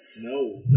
no